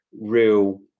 real